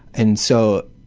and so